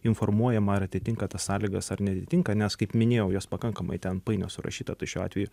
informuojama ir atitinka tas sąlygas ar neatitinka nes kaip minėjau jos pakankamai ten painios surašyta tai šiuo atveju